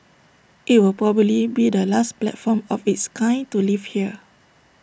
IT will probably be the last platform of its kind to leave here